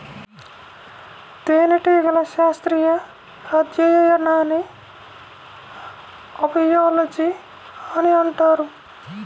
తేనెటీగల శాస్త్రీయ అధ్యయనాన్ని అపియాలజీ అని అంటారు